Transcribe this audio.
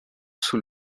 sous